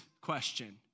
question